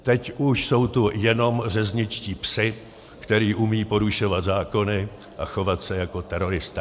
Teď už jsou tu jenom řezničtí psi, kteří umějí porušovat zákony a chovat se jako teroristé.